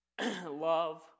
love